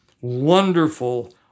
wonderful